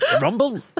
Rumble